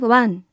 one